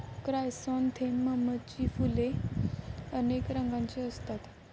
क्रायसॅन्थेममची फुले अनेक रंगांची असतात